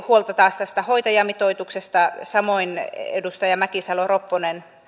huolta tästä hoitajamitoituksesta samoin edustaja mäkisalo ropponen